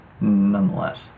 nonetheless